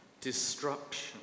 destruction